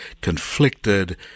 conflicted